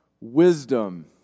wisdom